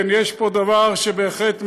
כן, יש פה דבר שבהחלט מאחד,